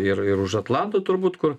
ir ir už atlanto turbūt kur